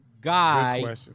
guy